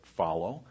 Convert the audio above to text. follow